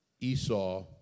Esau